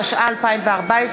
התשע"ה 2014,